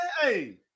hey